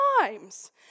times